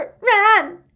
ran